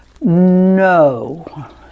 No